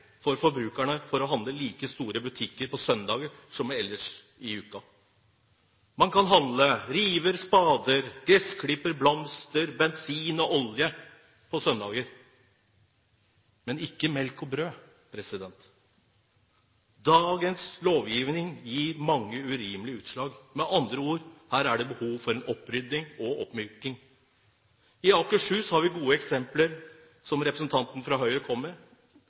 for forbrukerne å handle i like store butikker på søndager som ellers i uken. Man kan handle river, spader, gressklipper, blomster, bensin og olje på søndager, men ikke melk og brød. Dagens lovgivning gir mange urimelige utslag – med andre ord, her er det behov for en opprydding og oppmyking. I Akershus har vi gode eksempler, som representanten fra Høyre kom med.